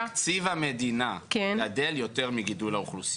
תקציב המדינה גדל יותר מגידול האוכלוסייה.